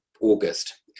August